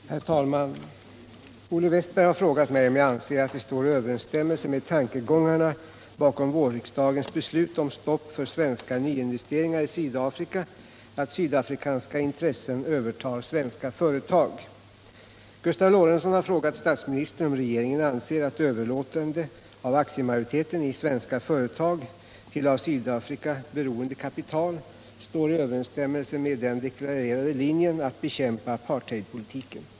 Herr talman! Olle Wästberg i Stockholm har frågat om jag anser att det står i överensstämmelse med tankegångarna bakom vårriksdagens beslut om stopp för svenska nyinvesteringar i Sydafrika att sydafrikanska intressen övertar svenska företag. Gustav Lorentzon har frågat statsministern om regeringen anser att överlåtande av aktiemajoriteten i svenska företag till av Sydafrika beroende kapital står i överensstämmelse med den deklarerade linjen att bekämpa apartheidpolitiken.